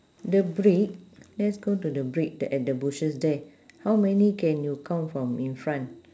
the brick let's go to the brick the at bushes there how many can you count from in front